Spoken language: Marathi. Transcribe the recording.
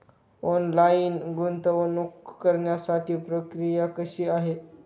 ऑनलाईन गुंतवणूक करण्यासाठी प्रक्रिया कशी आहे?